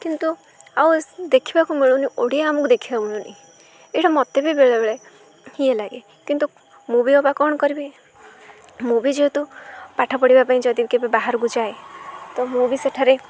କିନ୍ତୁ ଆଉ ଦେଖିବାକୁ ମିଳୁନି ଓଡ଼ିଆ ଆମକୁ ଦେଖିବାକୁ ମିଳୁନି ଏଇଟା ମୋତେ ବି ବେଳେବେଳେ ଇଏ ଲାଗେ କିନ୍ତୁ ମୁଁ ବି ଅବା କ'ଣ କରିବି ମୁଁ ବି ଯେହେତୁ ପାଠ ପଢ଼ିବା ପାଇଁ ଯଦି କେବେ ବାହାରକୁ ଯାଏ ତ ମୁଁ ବି ସେଠାରେ